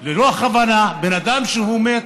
ללא כוונה, בן אדם שמת,